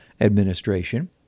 administration